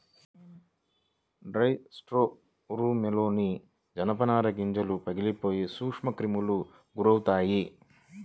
dry స్టోర్రూమ్లోని జనపనార గింజలు పగిలిపోయి సూక్ష్మక్రిములకు గురవుతాయి